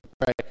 right